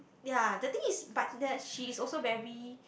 ya the thing is but the she is also very